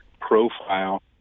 profile